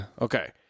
Okay